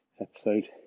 episode